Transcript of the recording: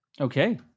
Okay